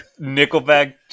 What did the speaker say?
nickelback